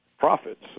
Profits